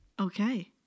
Okay